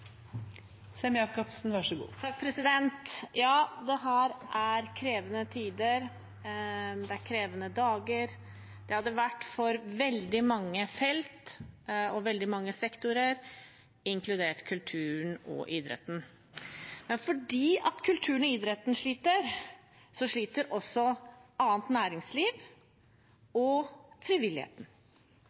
en normalsituasjon så raskt som mulig for kulturlivet også. Ja, dette er krevende tider. Det er krevende dager. Det har det vært for veldig mange felt og veldig mange sektorer, inkludert kulturen og idretten. Men fordi kulturen og idretten sliter, sliter også annet næringsliv og frivilligheten.